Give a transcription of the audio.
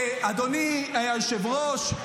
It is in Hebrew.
אדוני היושב-ראש,